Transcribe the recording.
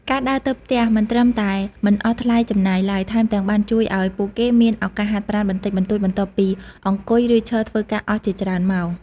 ការដើរទៅផ្ទះមិនត្រឹមតែមិនអស់ថ្លៃចំណាយឡើយ ថែមទាំងបានជួយឱ្យពួកគេមានឱកាសហាត់ប្រាណបន្តិចបន្តួចបន្ទាប់ពីអង្គុយឬឈរធ្វើការអស់ជាច្រើនម៉ោង។